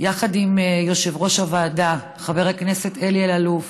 יחד עם יושב-ראש הוועדה חבר הכנסת אלי אלאלוף,